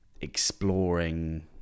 exploring